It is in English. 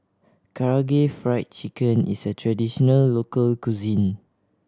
Karaage Fried Chicken is a traditional local cuisine